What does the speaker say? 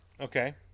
okay